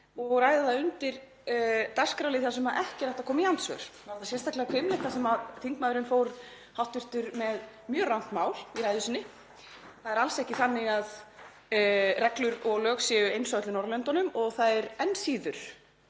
og ræða það undir dagskrárlið þar sem ekki er hægt að koma í andsvör og sérstaklega hvimleitt þar sem hv. þingmaður fór með mjög rangt mál í ræðu sinni. Það er alls ekki þannig að reglur og lög séu eins á öllum Norðurlöndunum og það er enn síður